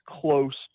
close